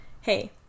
Hey